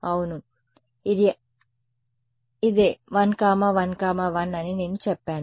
అవును ఇది ఇదే 1 1 1 అని నేను చెప్పాను